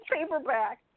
paperback